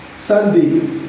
Sunday